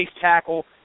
tackle